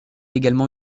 également